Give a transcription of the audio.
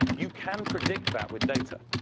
you can predict that with data.